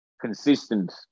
consistent